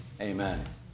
amen